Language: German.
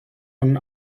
von